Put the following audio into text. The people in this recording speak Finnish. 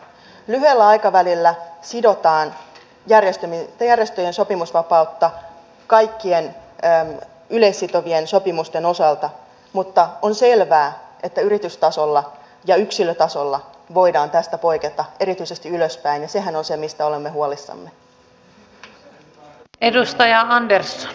lyhyellä aikavälillä sidotaan järjestöjen sopimusvapautta kaikkien yleissitovien sopimusten osalta mutta on selvää että yritystasolla ja yksilötasolla voidaan tästä poiketa erityisesti ylöspäin ja sehän on se mistä olemme huolissamme